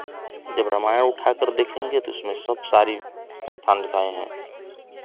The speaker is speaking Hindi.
जब रामायण उठा कर देखेंगे तो उसमें सब सारी स्थान दिखाए हैं